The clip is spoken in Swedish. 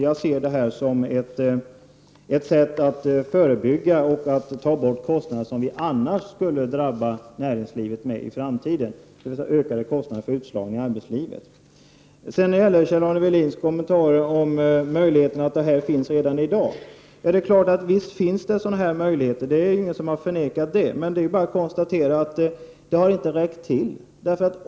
Jag ser det här som ett sätt att förebygga och ta bort kostnader som annars skulle drabba näringslivet i framtiden, nämligen kostnader för utslagning i arbetslivet. Så till Kjell-Arne Welins kommentarer om att de här möjligheterna finns redan i dag. Det är klart att de gör — det är ingen som har förnekat det. Men det är bara att konstatera att de inte har räckt till.